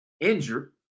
injured